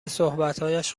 صحبتهایش